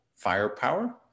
firepower